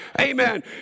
Amen